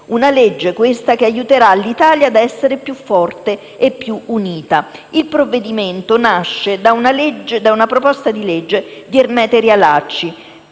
una legge, questa, che aiuterà l'Italia a essere più forte e più unita. Il provvedimento nasce da una proposta di legge di Ermete Realacci